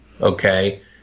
okay